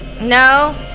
No